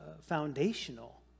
foundational